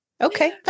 Okay